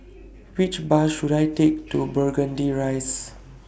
Which Bus should I Take to Burgundy Rise